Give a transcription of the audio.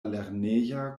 lerneja